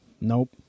Nope